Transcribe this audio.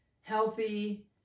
healthy